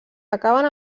acaben